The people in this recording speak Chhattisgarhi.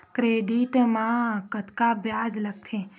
क्रेडिट मा कतका ब्याज लगथे?